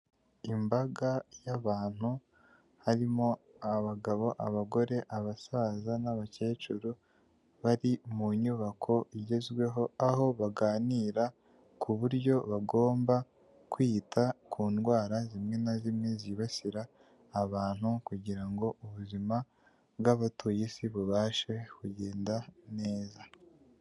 Imbaga y'abantu harimo abagabo, abagore, abasaza n'abakecuru bari mu nyubako igezweho aho baganira ku buryo bagomba kwita ku ndwara zimwe na zimwe zibasira abantu kugira ngo ubuzima bw'abatuye isi bubashe kugenda neza.